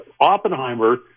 Oppenheimer